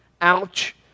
ouch